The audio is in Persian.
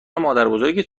مادربزرگت